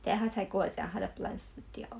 then 她才跟我讲她的 plant 死掉